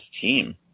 team